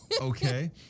okay